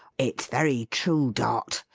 it's very true, dot.